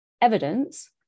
evidence